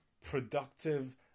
productive